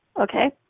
okay